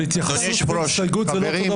אבל התייחסות והסתייגות זה לא אותו דבר.